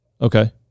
Okay